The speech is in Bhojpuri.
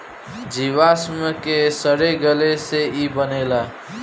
जीवाश्म के सड़े गले से ई बनेला